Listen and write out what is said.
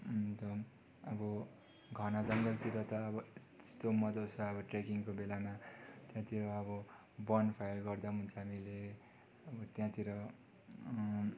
अन्त अब घना जङ्गलतिर अब त्यस्तो मजा छ अब ट्रेकिङको बेलामा त्यहाँतिर अब बोनफायर गर्दा पनि हुन्छ हामीले अब त्यहाँतिर